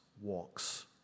walks